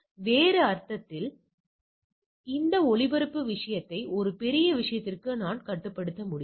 வேறு அர்த்தத்தில் இந்த ஒளிபரப்பு விஷயத்தை ஒரு பெரிய விஷயத்திற்கு நான் கட்டுப்படுத்த முடியும்